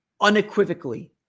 unequivocally